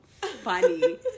funny